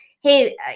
hey